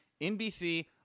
NBC